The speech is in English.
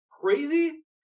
crazy